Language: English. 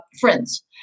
Friends